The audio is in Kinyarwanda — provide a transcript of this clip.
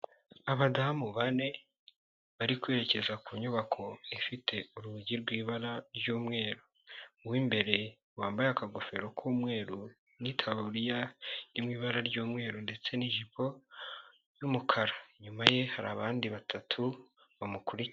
Abadamu bane bari kwerekeza ku nyubako ifite urugi rw'ibara ry'umweru. Uw'imbere wambaye akagofero k'umweru n'ikaburiya iri mu ibara ry'umweru ndetse n'ijipo y'umukara. Inyuma ye hari abandi batatu bamukuriki.